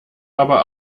aber